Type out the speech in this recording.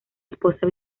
esposa